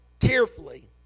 carefully